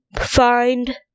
find